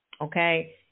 Okay